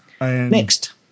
Next